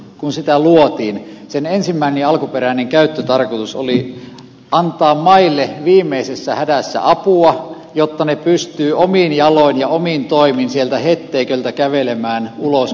kun väliaikaista vakausmekanismia luotiin sen ensimmäinen ja alkuperäinen käyttötarkoitus oli antaa maille viimeisessä hädässä apua jotta ne pystyvät omin jaloin ja omin toimin sieltä hetteiköltä kävelemään ulos kovalle maalle